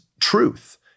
truth